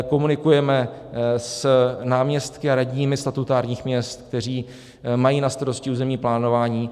Komunikujeme s náměstky a radními statutárních měst, kteří mají na starosti územní plánování.